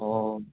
অঁ